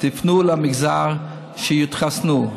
תפנו למגזר שיתחסנו.